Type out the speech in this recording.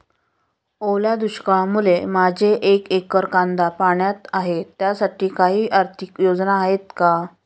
ओल्या दुष्काळामुळे माझे एक एकर कांदा पाण्यात आहे त्यासाठी काही आर्थिक योजना आहेत का?